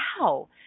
wow